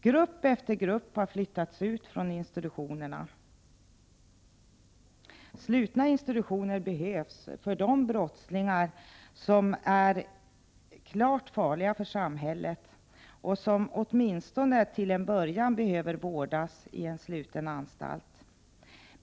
Grupp efter grupp har flyttats ut från institutionerna. Slutna institutioner behövs för de brottslingar som är klart farliga för samhället och som åtminstone till en början behöver vårdas i en sluten anstalt.